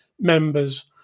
members